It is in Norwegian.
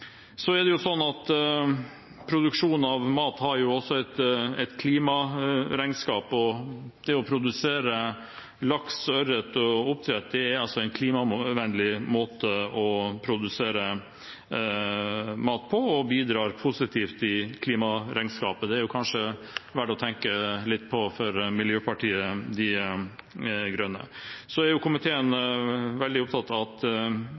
Så er det sånn at produksjon av mat også har et klimaregnskap. Det å produsere laks og ørret i oppdrett er en klimavennlig måte å produsere mat på og bidrar positivt i klimaregnskapet. Det er det kanskje verdt å tenke litt på for Miljøpartiet De Grønne. Komiteen er veldig opptatt av at